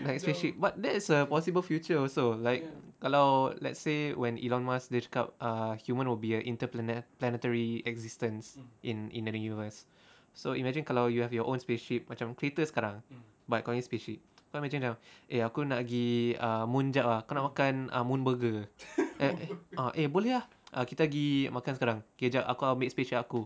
naik spaceship but that is a possible future also like kalau let's say when elon musk dia cakap uh human will be interplan~ planetary existence in in the universe so imagine kalau you have your own spaceship macam kereta sekarang but kau nya spaceship kau imagine macam eh aku nak pergi ah moon jap kau nak makan ah moon burger eh boleh ah kita gi makan sekarang K jap aku ambil spaceship aku